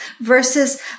versus